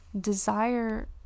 desire